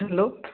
hello